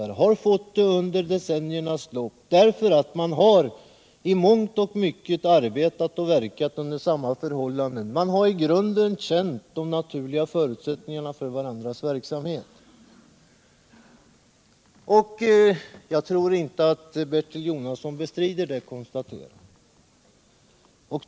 Det har de fått under decenniernas lopp — därför att man i mångt och mycket har arbetat och verkat under samma förhållanden. Man har i grunden känt de naturliga förutsättningarna för varandras verksamheter. Jag tror inte att Bertil Jonasson bestrider det konstaterandet.